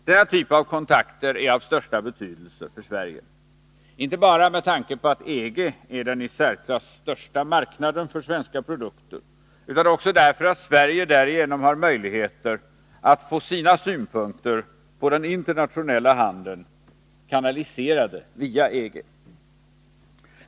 Denna typ av kontakter är av största betydelse för Sverige, inte bara med tanke på att EG är den i särsklass största marknaden för svenska produkter, utan också därför att Sverige därigenom har möjligheter att få sina synpunkter på den internationella handeln kanaliserade via EG.